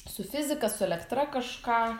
su fizika su elektra kažką